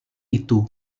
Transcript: itu